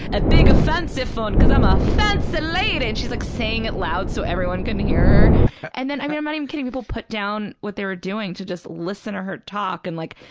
a big, fancy phone because i'm a fancy lady, and she's like saying it loud so everyone can hear and then, i mean, i'm not even kidding, people put down what they were doing to just listen to her talk and like,